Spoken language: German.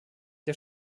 der